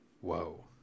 whoa